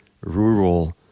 rural